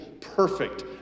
perfect